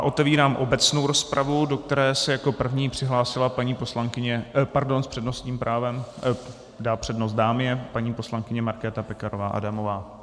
Otevírám obecnou rozpravu, do které se jako první přihlásila paní poslankyně pardon, s přednostním právem dá přednost dámě paní poslankyně Markéta Pekarová Adamová.